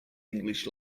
english